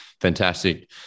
fantastic